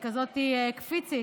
כזאת קפיצית.